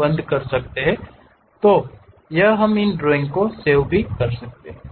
बंद कर सकते हैं या हम इन ड्रॉइंग को सेव भी कर सकते हैं